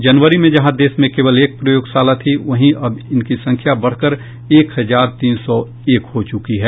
जनवरी में जहां देश में केवल एक प्रयोगशाला थी वहीं अब इनकी संख्या एक हजार तीन सौ एक हो चुकी है